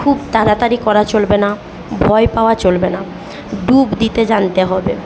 খুব তাড়াতাড়ি করা চলবে না ভয় পাওয়া চলবে না ডুব দিতে জানতে হবে